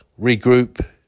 regroup